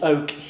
Oak